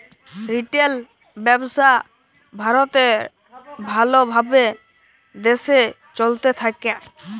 retail ব্যবসা ভারতে ভাল ভাবে দেশে চলতে থাক্যে